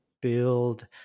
build